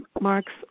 Mark's